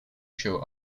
show